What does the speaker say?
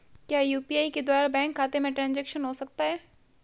क्या यू.पी.आई के द्वारा बैंक खाते में ट्रैन्ज़ैक्शन हो सकता है?